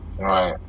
Right